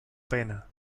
pena